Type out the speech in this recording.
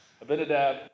Abinadab